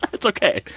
it's ok.